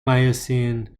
miocene